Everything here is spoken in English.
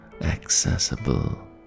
Accessible